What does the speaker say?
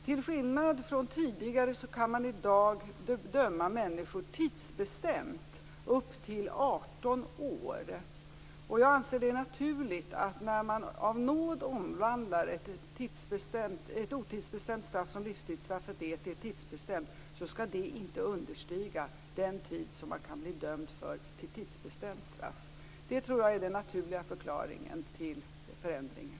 Till skillnad från tidigare kan man i dag döma människor tidsbestämt upp till 18 år. Jag anser det naturligt att när man av nåd omvandlar ett otidsbestämt straff, som livstidsstraffet är, till ett tidsbestämt skall det inte understiga den tid som man kan bli dömd till i tidsbestämt straff. Det tror jag är den naturliga förklaringen till förändringen.